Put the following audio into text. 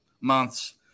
months